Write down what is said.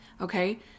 Okay